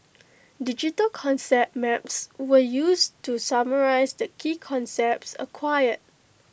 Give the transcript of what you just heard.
digital concept maps were used to summarise the key concepts acquired